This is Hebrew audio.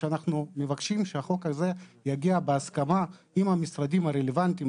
אנחנו מבקשים שהחוק הזה יגיע בהסכמה עם המשרדים הרלוונטיים.